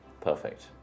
Perfect